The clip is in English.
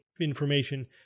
information